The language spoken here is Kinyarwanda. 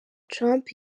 trump